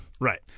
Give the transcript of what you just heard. Right